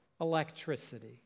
electricity